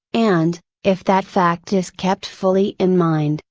and, if that fact is kept fully in mind,